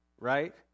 right